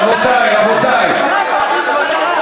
רבותי, רבותי.